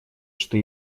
что